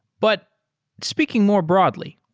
but speaking more broadly,